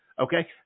Okay